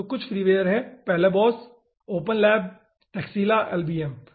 तो कुछ फ्रीवेयर है जैसे Palabos Openlb Taxila LBM